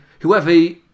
whoever